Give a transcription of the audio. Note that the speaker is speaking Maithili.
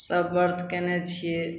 सब वर्त कएने छिए